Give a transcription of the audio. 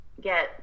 get